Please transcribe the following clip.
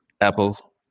Apple